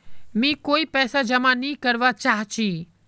मी कोय पैसा जमा नि करवा चाहची